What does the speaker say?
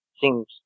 seems